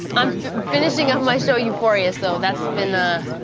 i'm finishing up my show, euphoria, so that's been a.